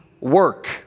work